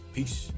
Peace